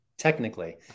Technically